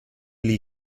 lee